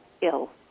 ill